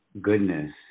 goodness